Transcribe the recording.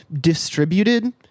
distributed